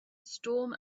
storm